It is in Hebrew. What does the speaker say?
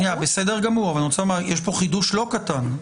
יש כאן חידוש לא קטן.